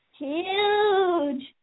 huge